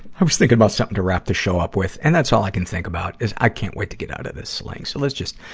i was thinking about something to wrap the show up with, and that's all i can think about, is i can't wait to get out of this sling. so let's just,